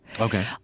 Okay